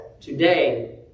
Today